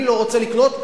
אני לא רוצה לקנות.